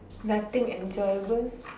nothing enjoyable